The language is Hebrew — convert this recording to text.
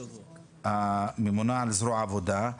הממונה על זרוע העבודה,